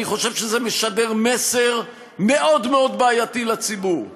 אני חושב שזה משדר מסר מאוד מאוד בעייתי לציבור,